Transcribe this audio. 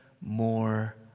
more